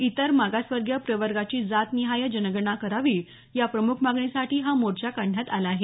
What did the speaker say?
इतर मागासवर्गीय प्रवर्गाची जातनिहाय जनगणना करावी या प्रम्ख मागणीसाठी हा मोर्चा काढण्यात आला आहे